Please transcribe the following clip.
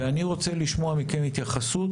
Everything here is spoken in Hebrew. ואני רוצה לשמוע מכם התייחסות,